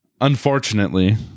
Unfortunately